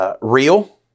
Real